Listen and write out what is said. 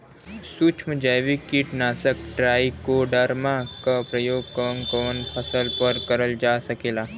सुक्ष्म जैविक कीट नाशक ट्राइकोडर्मा क प्रयोग कवन कवन फसल पर करल जा सकेला?